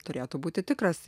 turėtų būti tikras